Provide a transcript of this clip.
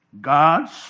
God's